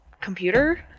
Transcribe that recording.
computer